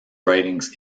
writings